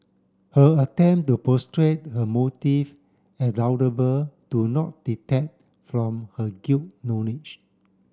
her attempt to her motive as laudable do not detect from her guilt knowledge